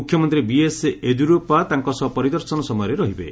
ମୁଖ୍ୟମନ୍ତ୍ରୀ ବିଏସ୍ ୟେଦିୟୁରାପ୍ସା ତାଙ୍କ ସହ ଏହି ପରିଦର୍ଶନ ସମୟରେ ରହିବେ